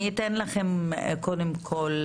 אני אתן לכם קודם כל,